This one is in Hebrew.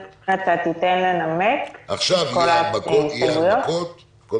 האם אתה תיתן לנמק את כל ההסתייגויות?